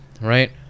Right